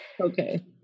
okay